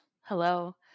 Hello